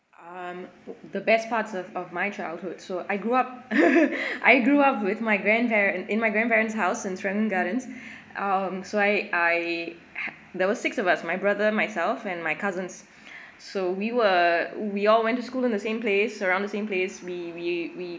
um the best part of of my childhood so I grew up I grew up with my grandparent in my grandparent's house in serangoon gardens um so I I h~ there were six of us my brother myself and my cousins so we were we all went to school in the same place around the same place we we we